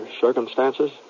circumstances